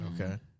Okay